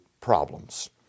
problems